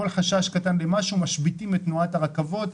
בכל חשש קטן למשהו משביתים את תנועת הרכבות,